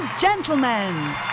Gentlemen